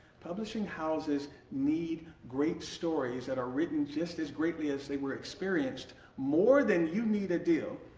publishing houses need great stories that are written just as greatly as they were experienced more than you need a deal!